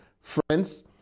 Friends